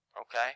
Okay